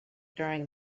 during